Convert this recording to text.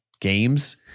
games